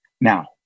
now